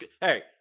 hey